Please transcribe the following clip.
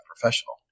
professional